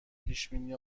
پیشبینی